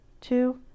Two